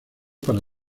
para